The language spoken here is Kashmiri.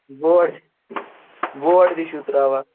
بورڈ بورڈ تہِ چھُو ترٛاوان